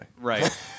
Right